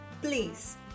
Please